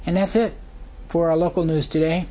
and that's it for a local news today